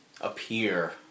appear